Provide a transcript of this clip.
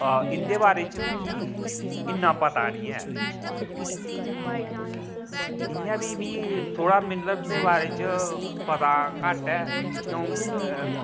इंदे बारे च मिगी इ'न्ना पता निं ऐ इ'यां बी मिगी थोह्ड़ा मिनरल दे बारे च पता घट्ट ऐ क्यों